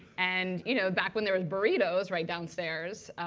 and you know back when there were burritos right downstairs.